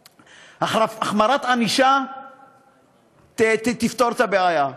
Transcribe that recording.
החמרת הענישה תפתור את הבעיה.